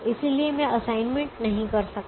इसलिए मैं असाइनमेंट नहीं कर सकता